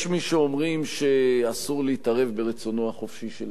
יש מי שאומרים שאסור להתערב ברצונו החופשי של